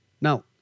Now